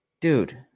Dude